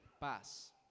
paz